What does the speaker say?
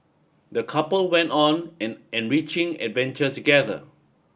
the couple went on an enriching adventure together